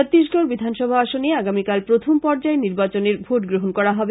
ছত্তিশগড় বিধানসভা আসনে আগামীকাল প্রথম পর্যায়ের নির্বাচনের ভোটগ্রহন করা হবে